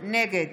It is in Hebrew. נגד